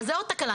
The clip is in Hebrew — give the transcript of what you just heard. אז זו עוד תקלה.